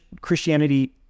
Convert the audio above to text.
christianity